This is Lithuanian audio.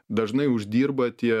dažnai uždirba tie